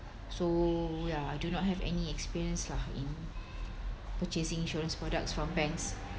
so ya I do not have any experience lah in purchasing insurance products from banks